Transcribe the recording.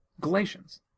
Galatians